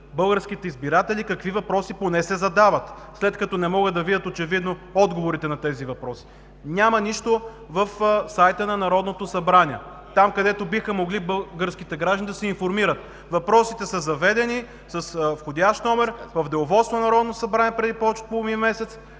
българските избиратели да видят поне какви въпроси се задават, след като очевидно не могат да видят отговорите на тези въпроси. Няма нищо в сайта на Народното събрание – там, където биха могли българските граждани да се информират! Въпросите са заведени с входящ номер в Деловодството на Народното събрание преди повече от един месец,